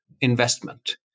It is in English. investment